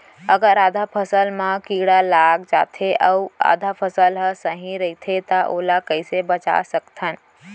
अगर आधा फसल म कीड़ा लग जाथे अऊ आधा फसल ह सही रइथे त ओला कइसे बचा सकथन?